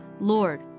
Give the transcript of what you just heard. Lord